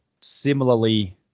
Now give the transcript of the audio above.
similarly